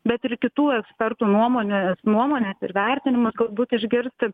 bet ir kitų ekspertų nuomones nuomones ir vertinimus galbūt išgirsti